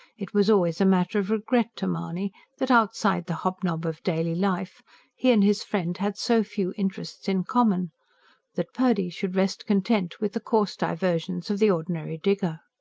it was always a matter of regret to mahony that, outside the hobnob of daily life he and his friend had so few interests in common that purdy should rest content with the coarse diversions of the ordinary digger.